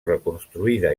reconstruïda